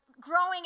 Growing